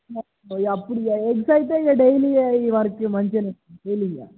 అప్పుడు ఇక ఎగ్స్ అయితే ఇక డైలీ ఈ వర్క్ మంచిగా సేల్ ఇంకా